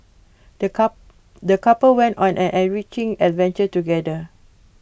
the cup the couple went on an enriching adventure together